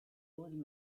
old